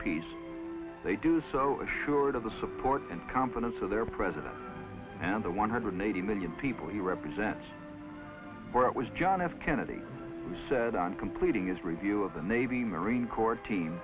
peace they do sure to the support and confidence of their president and the one hundred eighty million people he represents where it was john f kennedy said on completing his review of the navy marine corps team